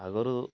ଆଗରୁ